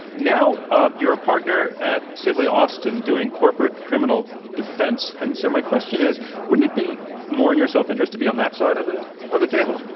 now ah you're a partner at sidley austin, doing corporate criminal defense. and so my question is wouldn't it be more in your self-interest to be on that side of the of the table?